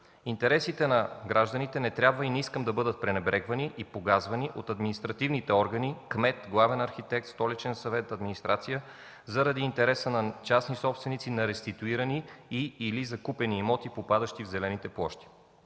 Интересите на гражданите не трябва и не искам да бъдат пренебрегвани и погазвани от административните органи – кмет, главен архитект, Столичен съвет, администрация заради интереса на частни собственици на реституирани и/или закупени имоти, попадащи в зелените площи.